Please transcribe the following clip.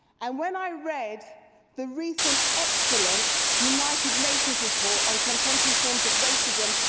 and when i read the recent, excellent, united nations' report on contemporary forms of raceism,